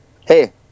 Hey